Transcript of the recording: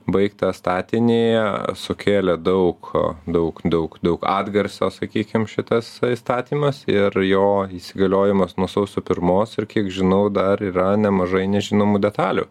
baigtą statinį sukėlė daug daug daug daug atgarsio sakykim šitas įstatymas ir jo įsigaliojimas nuo sausio pirmos ir kiek žinau dar yra nemažai nežinomų detalių